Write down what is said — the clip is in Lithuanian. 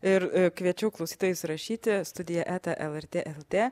ir kviečiu klausytojus rašyti studija eta lrt lt